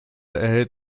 erhält